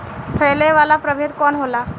फैले वाला प्रभेद कौन होला?